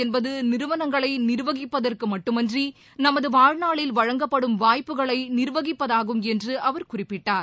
என்பதுநிறுவனங்களைநிர்வகிப்பதற்குமட்டுமன்றி நிர்வாகம் நமதுவாழ்நாளில் வழங்கப்படும் வாய்ப்புகளைநிர்வகிப்பதாகும் என்றுஅவர் குறிப்பிட்டார்